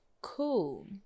Cool